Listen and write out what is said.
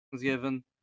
given